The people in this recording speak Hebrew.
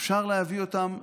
אפשר להביא אותם לממשלה,